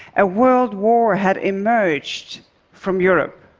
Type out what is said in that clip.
a world war had emerged from europe.